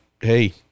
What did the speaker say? Hey